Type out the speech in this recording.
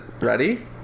ready